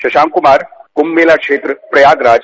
शशांक कुमार कुंभ मेला क्षेत्र प्रयागराज